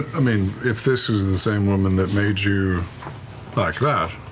i mean, if this is the same woman that made you like that,